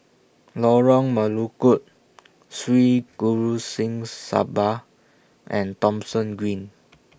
Lorong Melukut Sri Guru Singh Sabha and Thomson Green